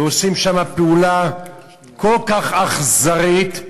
ועושים פעולה כל כך אכזרית,